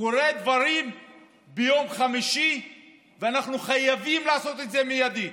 שקורים דברים ביום חמישי וחייבים לעשות את זה מיידית.